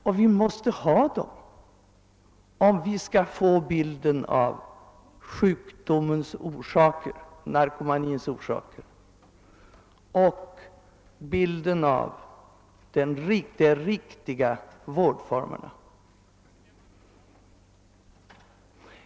Och vi måste ha dessa resultat, om vi skall få en riktig bild av orsakerna till den sjukdom, som narkomanin är, och en uppfattning om de rätta vårdformer na.